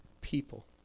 people